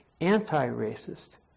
anti-racist